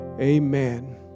Amen